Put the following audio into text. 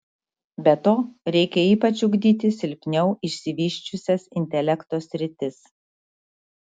be to reikia ypač ugdyti silpniau išsivysčiusias intelekto sritis